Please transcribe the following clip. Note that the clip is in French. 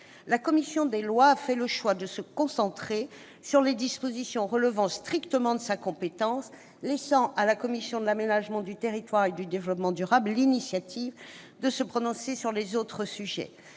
La commission des lois a fait le choix de se concentrer sur les dispositions relevant strictement de sa compétence, laissant à la commission de l'aménagement du territoire et du développement durable l'initiative de se prononcer sur les autres sujets.